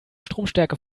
stromstärke